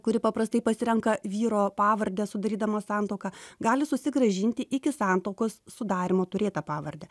kuri paprastai pasirenka vyro pavardę sudarydama santuoką gali susigrąžinti iki santuokos sudarymo turėtą pavardę